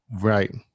right